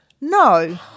No